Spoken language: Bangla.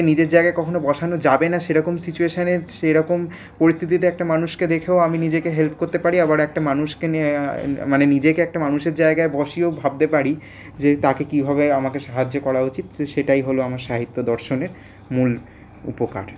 নিজের জায়গায় কখনো বসানো যাবে না সেরকম সিচুয়েশনে সেরকম পরিস্থিতিতে একটা মানুষকে দেখেও আমি নিজেকে হেল্প করতে পারি আবার একটা মানুষকে নিয়ে মানে নিজেকে একটা মানুষের জায়গায় বসিয়েও ভাবতে পারি যে তাকে কীভাবে আমাকে সাহায্য করা উচিত সেটাই হলো আমার সাহিত্য দর্শনের মূল উপকার